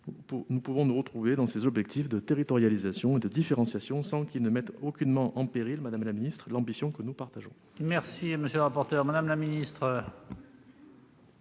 des travées, nous retrouver dans ces objectifs de territorialisation et de différenciation sans qu'ils mettent aucunement en péril, madame la ministre, l'ambition que nous partageons. La parole est à Mme la ministre.